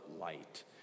light